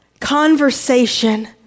conversation